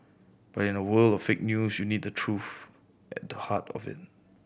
but in a world of fake news you need truth at the heart of it